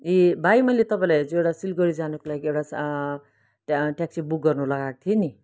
ए भाइ मैले तपाईँलाई हिज एउटा सिलगढी जानुको लागि एउटा ट्या ट्याक्सी बुक गर्न लगाएको थिएँ नि